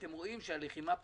אתם רואים שהלחימה פסקה,